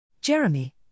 Jeremy